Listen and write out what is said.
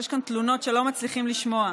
יש כאן תלונות שלא מצליחים לשמוע.